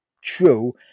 true